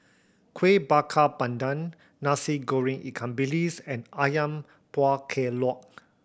Kueh Bakar Pandan Nasi Goreng ikan bilis and Ayam Buah Keluak